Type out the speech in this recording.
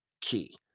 key